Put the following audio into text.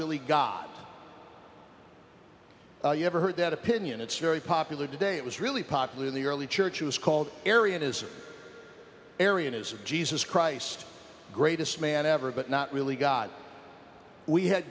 really god you never heard that opinion it's very popular today it was really popular in the early church was called area in his area news of jesus christ greatest man ever but not really god we had